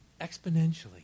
exponentially